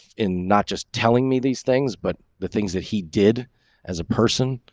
in not just telling me these things, but the things that he did as a person,